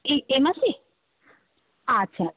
এই এ মাসেই আচ্ছা